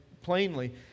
Plainly